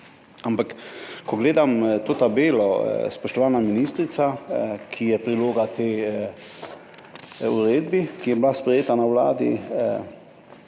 ampak ko gledam to tabelo, spoštovana ministrica, ki je priloga tej uredbi, ki je bila sprejeta na Vladi,